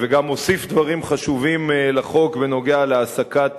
וגם הוסיף דברים חשובים לחוק בנושא העסקת